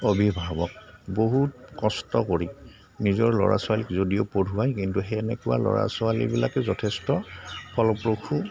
অভিভাৱক বহুত কষ্ট কৰি নিজৰ ল'ৰা ছোৱালীক যদিও পঢ়ুৱায় কিন্তু সেনেকুৱা ল'ৰা ছোৱালীবিলাকে যথেষ্ট ফলপ্ৰসূ